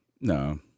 No